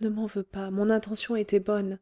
ne m'en veux pas mon intention était bonne